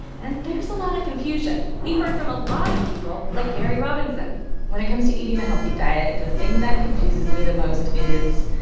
and there's a lot of confusion. we heard from a lot of people, like mary robinson when it comes to eating a healthy diet, the thing that confuses me the most is,